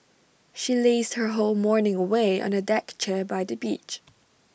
she lazed her whole morning away on A deck chair by the beach